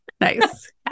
nice